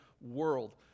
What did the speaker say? World